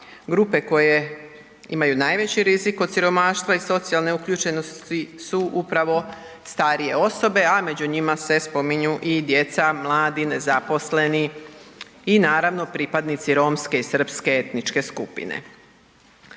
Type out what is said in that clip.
grupe koje imaju najveći rizik od siromaštva i socijalne uključenosti su upravo starije osobe a među njima se spominju i djeca, mladi, nezaposleni i naravno pripadnici romske i srpske etničke skupine.